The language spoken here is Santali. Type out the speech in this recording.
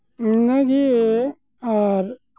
ᱤᱱᱟᱹ ᱜᱮ ᱟᱨ